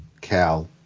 Cal